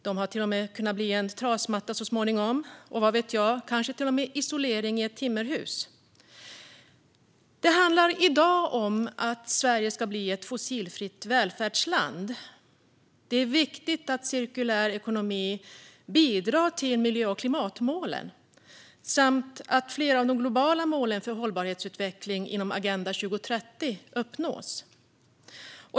De har så småningom kunnat bli trasmattor och kanske till och med isolering i timmerhus. I dag handlar det om att Sverige ska bli ett fossilfritt välfärdsland. Det är viktigt att cirkulär ekonomi bidrar till miljö och klimatmålen samt till att flera av de globala målen för hållbar utveckling inom Agenda 2030 uppnås.